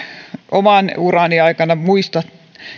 oman urani aikana muista